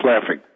laughing